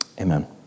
Amen